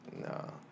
No